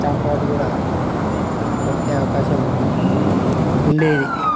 stump out కూడా కొట్టే అవకాశం ఉండేది